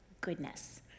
goodness